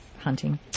hunting